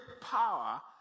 power